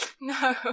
No